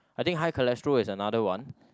I think high cholesterol is another one